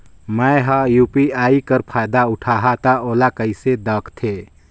मैं ह यू.पी.आई कर फायदा उठाहा ता ओला कइसे दखथे?